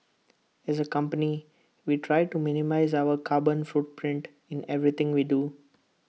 as A company we try to minimise our carbon footprint in everything we do